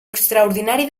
extraordinari